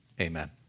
Amen